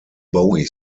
bowie